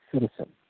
citizen